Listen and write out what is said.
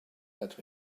that